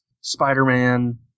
Spider-Man